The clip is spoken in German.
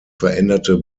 veränderte